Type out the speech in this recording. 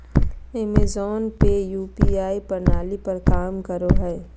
Amazon पे UPI प्रणाली पर काम करो हय